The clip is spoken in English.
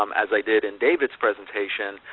um as i did in david's presentation,